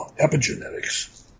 epigenetics